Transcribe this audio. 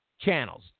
channels